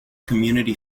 community